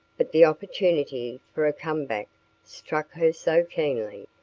but the opportunity for a come-back struck her so keenly,